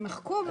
הם יימחקו.